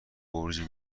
برج